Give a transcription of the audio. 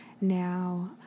Now